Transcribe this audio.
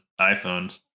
iPhones